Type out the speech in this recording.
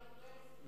גם אנחנו מסכימים,